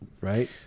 right